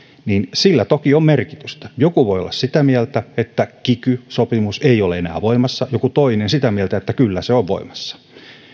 toki on merkitystä joku voi olla sitä mieltä että kiky sopimus ei ole enää voimassa joku toinen sitä mieltä että kyllä se on voimassa